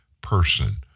person